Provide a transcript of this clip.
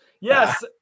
Yes